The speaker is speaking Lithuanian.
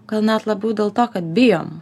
gal net labiau dėl to kad bijom